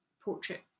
portrait